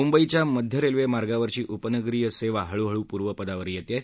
मुंबईच्या मध्य रेल्वे मार्गावरची उपनगरीय सेवा हळूहळू पूर्व पदावर येत आहे